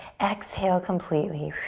exhale completely.